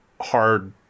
hard